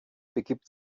begibt